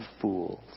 fools